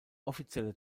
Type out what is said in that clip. offizielle